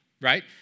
right